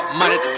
money